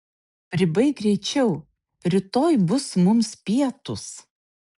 pribaik greičiau rytoj bus mums pietūs